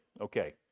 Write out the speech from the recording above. Okay